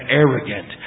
arrogant